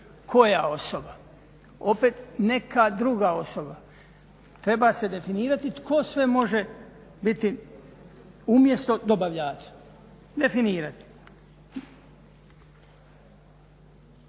koja osoba? Opet neka druga osoba. Treba se definirati tko sve može biti umjesto dobavljača, definirati.